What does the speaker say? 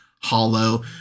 hollow